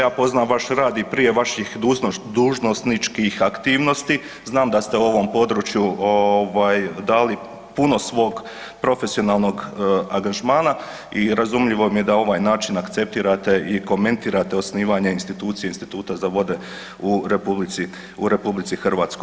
Ja poznam vaš rad i prije vaših dužnosničkih aktivnosti, znam da ste u ovom području dali puno svog profesionalnog angažmana i razumljivo mi je da ovaj način akceptirate i komentirate osnivanje institucije Instituta za vode u RH.